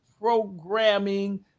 programming